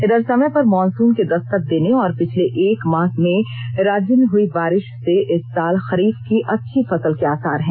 इधर समय पर मॉनसून के दस्तक देने और पिछले एक माह में राज्य में हुई बारिश से इस साल खरीफ की अच्छी फसल के आसार हैं